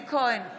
אלי כהן,